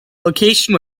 location